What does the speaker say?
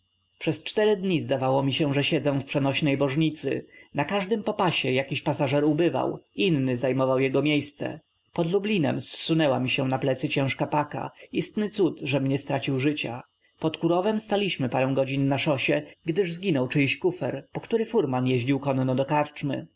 przez cztery dni zdawało mi się że siedzę w przenośnej bożnicy na każdym popasie jakiś pasażer ubywał inny zajmował jego miejsce pod lublinem zsunęła mi się na plecy ciężka paka istny cud żem nie stracił życia pod kurowem staliśmy parę godzin na szosie gdyż zginął czyjś kufer po który furman jeździł konno do